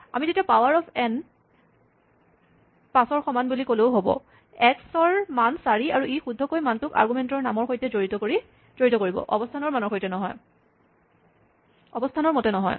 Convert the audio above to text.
আমি তেতিয়া power of n পাঁচৰ সমান বুলি ক'লেও হ'ব এক্স ৰ মান চাৰি আৰু ই শুদ্ধকৈ মানটোক আৰগুমেন্টৰ নামৰ মতে জড়িত কৰিব অৱস্হানৰ মতে নহয়